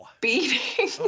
Beating